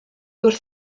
wrth